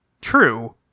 true